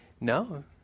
No